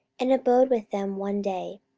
and abode with them one day.